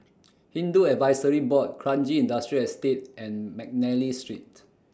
Hindu Advisory Board Kranji Industrial Estate and Mcnally Street